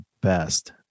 best